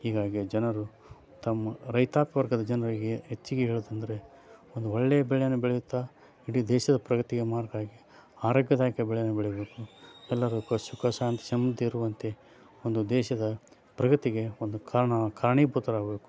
ಹೀಗಾಗಿ ಜನರು ತಮ್ಮ ರೈತಾಪಿ ವರ್ಗದ ಜನರಿಗೆ ಹೆಚ್ಚಿಗೆ ಹೇಳೋದಂದ್ರೆ ಒಂದು ಒಳ್ಳೆ ಬೆಳೆಯನ್ನು ಬೆಳೆಯುತ್ತಾ ಇಡೀ ದೇಶದ ಪ್ರಗತಿಗೆ ಮಾರ್ಗ ಆಗಿ ಆರೋಗ್ಯದಾಯಕ ಬೆಳೆಯನ್ನು ಬೆಳೀಬೇಕು ಎಲ್ಲರೂ ಕು ಸುಖ ಶಾಂತಿ ಸಮೃದ್ಧಿ ಇರುವಂತೆ ಒಂದು ದೇಶದ ಪ್ರಗತಿಗೆ ಒಂದು ಕಾರಣ ಕಾರಣೀಭೂತರಾಗಬೇಕು